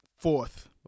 Fourth